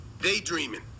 daydreaming